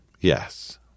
Yes